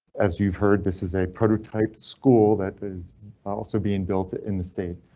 as you've heard, this is a prototype school that is also being built ah in the state.